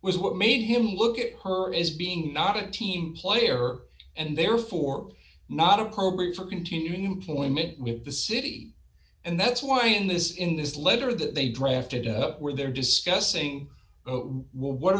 was what made him look at her as being not a team player and therefore not appropriate for continuing employment with the city and that's why in this in this letter that they drafted up where they're discussing